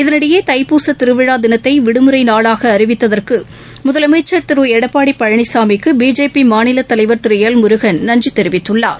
இதனிடையே தைப்பூச திருவிழா தினத்தை விடுமுறை நாளாக அறிவித்ததற்கு முதலமைச்சு திரு எடப்பாடி பழனிசாமிக்கு பிஜேபி மாநில தலைவர் திரு எல் முருகன் நன்றி தெரிவித்துள்ளார்